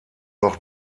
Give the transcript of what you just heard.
noch